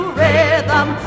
rhythm